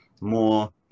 more